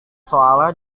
soal